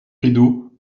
rideau